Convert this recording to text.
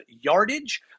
yardage